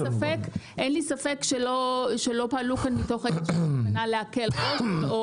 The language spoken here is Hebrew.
אין לי ספק שלא פעלו כאן מתוך איזושהי כוונה להקל ראש.